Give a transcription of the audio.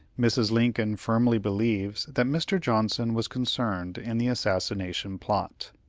mrs. lincoln firmly believes that mr. johnson was concerned in the assassination plot.